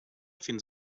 fins